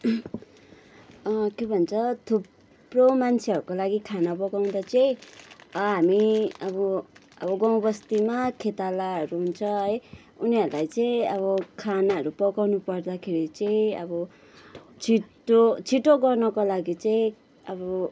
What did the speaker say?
a के भन्छ थुप्रो मान्छेहरूको लागि खाना पकाउँदा चाहिँ हामी अब अब गाउँ बस्तीमा खेतालाहरू हुन्छ है उनीहरलाई चाहिँ अब खानाहरू पकाउनु पर्दाखेरि चाहिँ अब छिटो छिटो गर्नको लागि चाहिँ अब